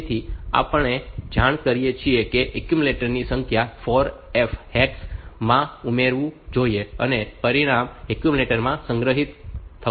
તેથી આપણે જાણ કરીએ છીએ કે એક્યુમ્યુલેટરને સંખ્યા 4F હેક્સ માં ઉમેરવું જોઈએ અને પરિણામ એક્યુમ્યુલેટરમાં સંગ્રહિત થવું જોઈએ